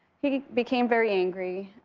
he became very angry.